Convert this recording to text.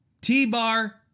T-Bar